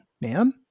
man